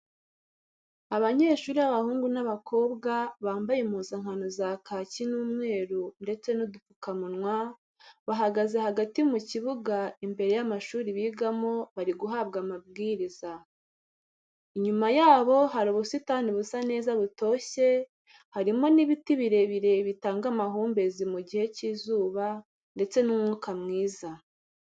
Abanyeshuri b'abahungu n'abakobwa bambaye impuzankano za kaki n'umweru ndetse n'udupfukamunwa, bahagaze hagati mu kibuga imbere y'amashuri bigamo bari guhabwa amabwiriza. Inyuma yabo hari ubusitani busa neza butoshye, harimo n'ibiti birebire bitanga amahumbezi mu gihe cy'izuba ndetse n'umwuka mwiza.